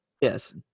Yes